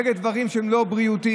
נגד דברים שהם לא בריאותיים,